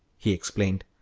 he explained,